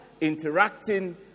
interacting